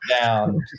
down